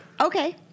Okay